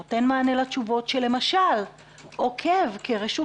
נותנת תשובות שמשל עוקבת כרשות